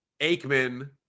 Aikman